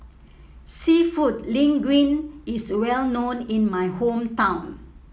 seafood Linguine is well known in my hometown